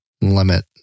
limit